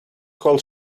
called